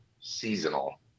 seasonal